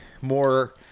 more